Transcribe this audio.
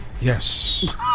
Yes